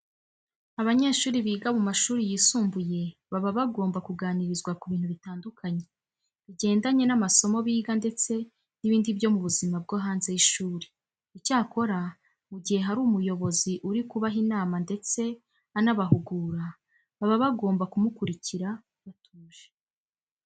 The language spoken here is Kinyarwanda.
Abanyeshuri biga mu mashuri yisumbuye baba bagomba kuganirizwa ku bintu bitandukanye bigendanye n'amasomo biga ndetse n'ibindi byo mu buzima bwo hanze y'ishuri. Icyakora mu gihe hari umuyobozi uri kubaha inama ndetse anabahugura, baba bagomba kumukurikira batuje.